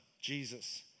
Jesus